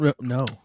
No